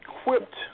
equipped